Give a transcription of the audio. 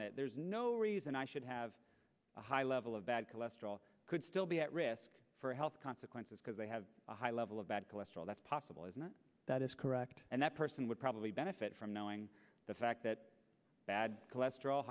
in it there's no reason i should have a high level of bad cholesterol could still be at risk for health consequences because they have a high level of bad cholesterol that's possible is not that is correct and that person would probably benefit from knowing the fact that bad cholesterol